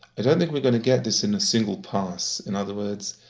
i don't think we're going to get this in a single pass. in other words,